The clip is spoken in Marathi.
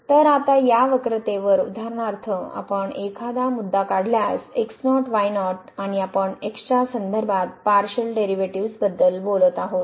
तर आता या वक्रतेवर उदाहरणार्थ आपण एखादा मुद्दा काढल्यास x0 y0 आणि आपण x च्या संदर्भात पारशिअल डेरिव्हेटिव्हज बद्दल बोलत आहोत